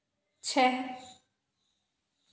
छः